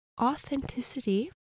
Authenticity